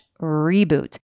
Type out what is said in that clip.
reboot